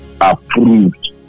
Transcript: approved